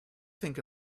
think